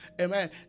amen